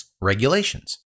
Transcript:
regulations